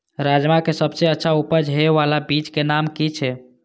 राजमा के सबसे अच्छा उपज हे वाला बीज के नाम की छे?